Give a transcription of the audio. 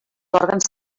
òrgans